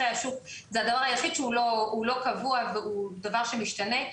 השוק זה הדבר היחיד שהוא לא קבוע והוא דבר שמשתנה.